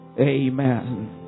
amen